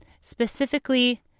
specifically